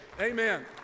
amen